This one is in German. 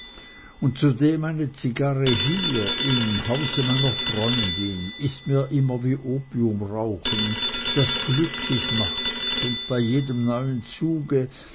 und zudem eine zigarre hier im hause meiner freundin ist mir immer wie opiumrauchen das glücklich macht und bei jedem neuen zuge